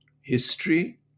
history